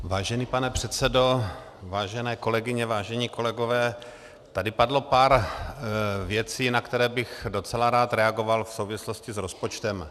Vážený pane předsedo, vážené kolegyně, vážení kolegové, tady padlo pár věcí, na které bych docela rád reagoval v souvislosti s rozpočtem.